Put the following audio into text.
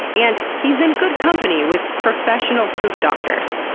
and, he's in good company with professional poop doctors.